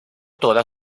toda